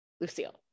Lucille